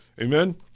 Amen